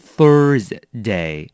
Thursday